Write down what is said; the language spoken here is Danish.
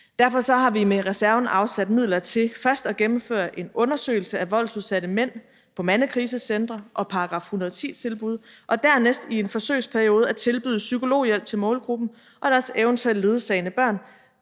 Derfor har vi med reserven afsat midler til først at gennemføre en undersøgelse af voldsudsatte mænd på mandekrisecentre og § 110-tilbud og dernæst i en forsøgsperiode at tilbyde psykologhjælp til målgruppen og deres eventuelle ledsagende børn